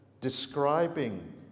describing